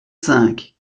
cinq